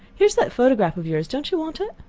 here is that photograph of yours. don't you want it?